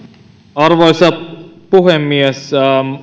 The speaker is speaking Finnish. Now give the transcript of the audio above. arvoisa puhemies